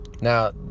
Now